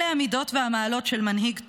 אלה המידות והמעלות של מנהיג טוב,